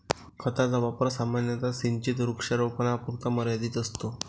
खताचा वापर सामान्यतः सिंचित वृक्षारोपणापुरता मर्यादित असतो